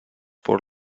por